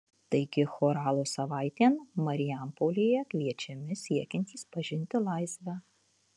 taigi choralo savaitėn marijampolėje kviečiami siekiantys pažinti laisvę